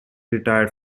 retired